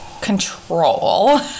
control